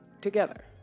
together